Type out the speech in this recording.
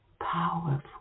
powerful